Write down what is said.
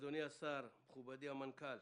אדוני השר, מכובדי המנכ"ל,